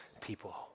people